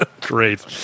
Great